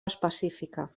específica